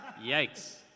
Yikes